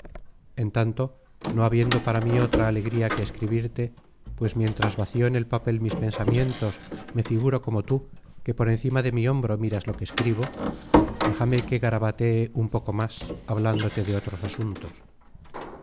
en tanto no habiendo para mí otra alegría que escribirte pues mientras vacío en el papel mis pensamientos me figuro como tú que por encima de mi hombro miras lo que escribo déjame que garabatee un poco más hablándote de otros asuntos